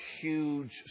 huge